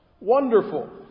Wonderful